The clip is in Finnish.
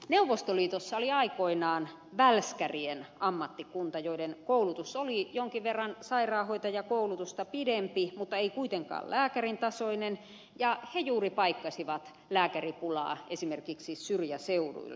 neuvostoliitossa oli aikoinaan välskärien ammattikunta joiden koulutus oli jonkin verran sairaanhoitajakoulutusta pidempi mutta ei kuitenkaan lääkärin tasoinen ja he juuri paikkasivat lääkäripulaa esimerkiksi syrjäseuduilla